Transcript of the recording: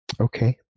Okay